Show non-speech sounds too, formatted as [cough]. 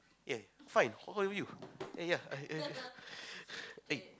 eh fine how about you eh ya eh eh eh [breath] eh